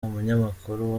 umunyamakuru